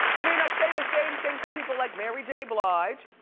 i mean i say the same thing for people like mary j. blige.